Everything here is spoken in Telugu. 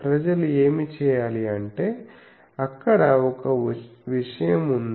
ప్రజలు ఏమి చేయాలి అంటే అక్కడ ఒక విషయం ఉంది